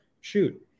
Shoot